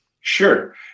Sure